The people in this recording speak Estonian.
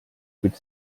kuid